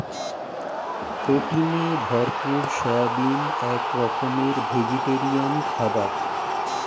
প্রোটিনে ভরপুর সয়াবিন এক রকমের ভেজিটেরিয়ান খাবার